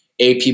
AP